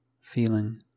feeling